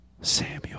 Samuel